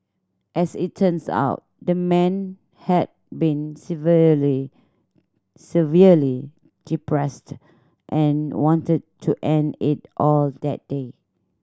as it turns out the man had been severely severely depressed and wanted to end it all that day